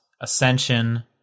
Ascension